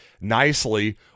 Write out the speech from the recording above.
nicely